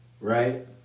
Right